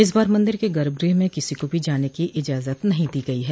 इस बार मन्दिर के गर्भ गृह में किसी को भी जाने की इजाजत नहीं दी गयी है